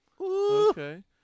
Okay